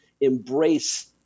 embrace